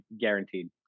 guaranteed